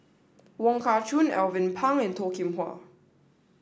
Wong Kah Chun Alvin Pang and Toh Kim Hwa